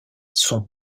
son